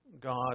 God